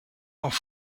auf